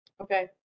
Okay